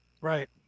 right